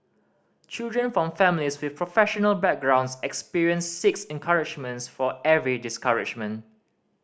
children from families with professional backgrounds experienced six encouragements for every discouragement